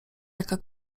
jaka